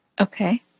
Okay